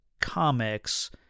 comics